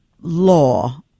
law